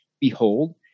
behold